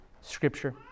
Scripture